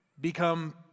become